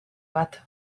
bat